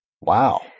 Wow